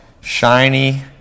shiny